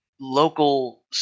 local